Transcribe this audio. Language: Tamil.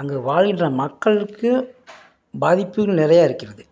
அங்கே வாழ்கின்ற மக்களுக்கு பாதிப்புகள் நிறைய இருக்கிறது